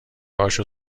هاشو